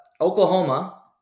Oklahoma